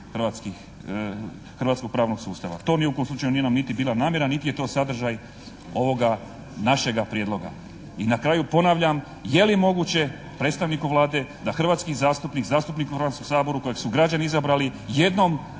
hrvatskog pravnog sustava. To ni u kom slučaju nije nam niti bila namjera niti je to sadržaj ovoga našega prijedloga. I na kraju ponavljam, je li moguće predstavniku Vlade da hrvatski zastupnik, zastupnik u Hrvatskom saboru kojeg su građani izabrali jednom